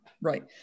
Right